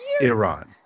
Iran